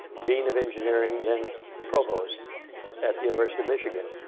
dean of engineering, then provost at the university of michigan